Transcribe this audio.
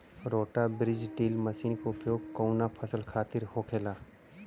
रोटा बिज drill machine के उपयोग कऊना फसल खातिर होखेला?